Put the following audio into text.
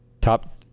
top